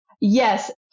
Yes